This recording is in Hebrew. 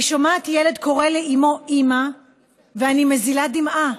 אני שומעת ילד קורא לאימו אימא ואני מזילה דמעה.